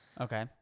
Okay